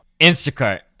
Instacart